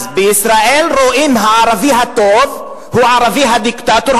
אז בישראל רואים שהערבי הטוב הוא הערבי הדיקטטור,